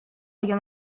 young